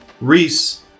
Reese